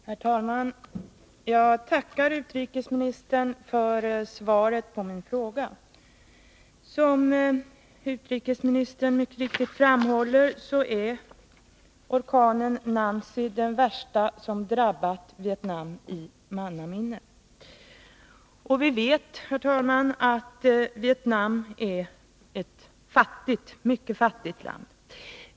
Herr talman! Jag tackar utrikesministern för svaret på min fråga. Som utrikesministern mycket riktigt framhåller är orkanen Nancy den värsta som drabbat Vietnam i mannaminne. Vi vet, herr talman, att Vietnam är ett mycket fattigt land.